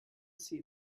see